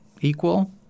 equal